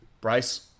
Bryce